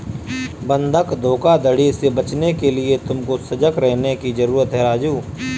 बंधक धोखाधड़ी से बचने के लिए तुमको सजग रहने की जरूरत है राजु